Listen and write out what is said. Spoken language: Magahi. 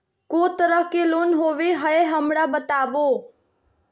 को तरह के लोन होवे हय, हमरा बताबो?